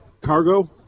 cargo